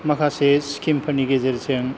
माखासे स्किमफोरनि गेजेरजों